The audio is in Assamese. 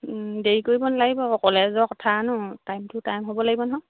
দেৰি কৰিব নলাগিব আকৌ কলেজৰ কথা ন টাইম টু টাইম হ'ব লাগিব নহয়